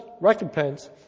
recompense